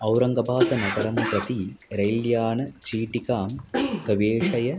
औरङ्गबादनगरं प्रति रैल्यानं चीटिकां तवेषय